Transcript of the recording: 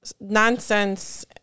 Nonsense